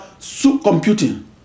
supercomputing